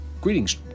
Greetings